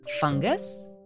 fungus